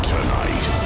Tonight